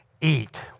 eat